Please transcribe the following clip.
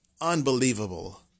Unbelievable